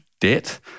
debt